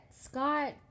Scott